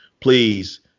Please